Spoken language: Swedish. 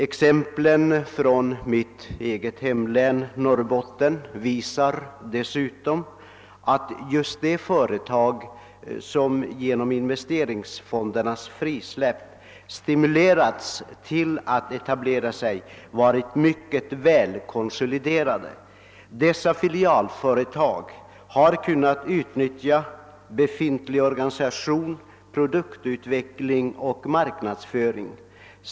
Exemplen från mitt eget hemlän, Norrbottens, visar dessutom att just de företag som genom investeringsfondernas frisläppande stimulerats till att etablera sig varit mycket väl konsoliderade. Dessa filialföretag har kunnat utnyttja befintlig organisation, produktutveckling och marknadsföring.